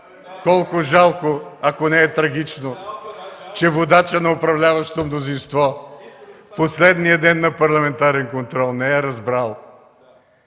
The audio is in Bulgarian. колко жалко, ако не е трагично, че водачът на управляващото мнозинство в последния ден на парламентарен контрол не е разбрал,